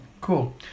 Cool